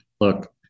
Look